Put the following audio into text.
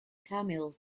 tamil